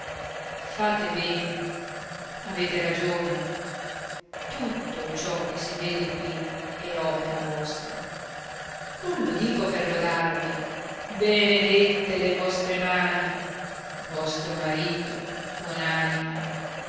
fate bene avete ragione tutto ciò che si vede qui è opera vostra non lo dico per lodarvi benedette le vostre mani vostro marito